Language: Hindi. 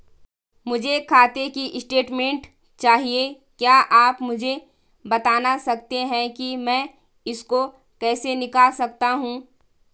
मुझे खाते की स्टेटमेंट चाहिए क्या आप मुझे बताना सकते हैं कि मैं इसको कैसे निकाल सकता हूँ?